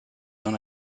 dans